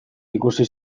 ikusi